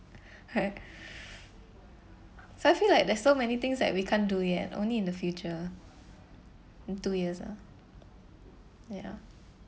so I feel like there's so many things that we can't do yet only in the future in two years ah ya